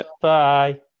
Bye